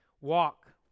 Walk